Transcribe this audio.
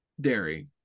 dairy